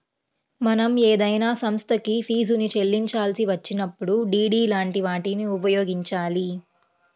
మనం ఏదైనా సంస్థకి ఫీజుని చెల్లించాల్సి వచ్చినప్పుడు డి.డి లాంటి వాటిని ఉపయోగించాలి